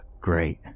great